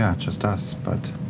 just us. but